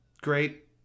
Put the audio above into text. great